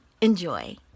Enjoy